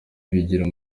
bigira